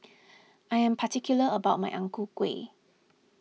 I am particular about my Ang Ku Kueh